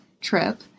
trip